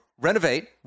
renovate